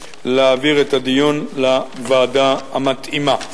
להעביר את הדיון לוועדה המתאימה.